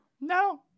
No